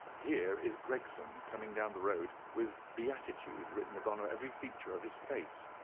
here is gregson coming down the road with beatitude written upon every feature of his face.